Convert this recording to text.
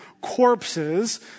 corpses